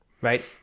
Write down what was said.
Right